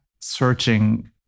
searching